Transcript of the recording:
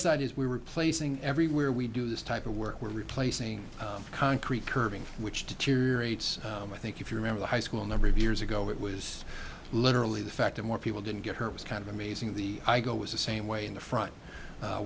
side is we were placing everywhere we do this type of work we're replacing concrete curving which to tear rates i think if you remember the high school number of years ago it was literally the fact that more people didn't get her it was kind of amazing the i go is the same way in the front